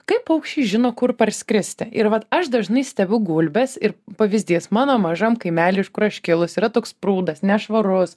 kaip paukščiai žino kur parskristi ir vat aš dažnai stebiu gulbes ir pavyzdys mano mažam kaimely iš kur aš kilus yra toks prūdas nešvarus